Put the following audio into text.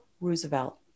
Roosevelt